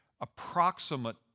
approximate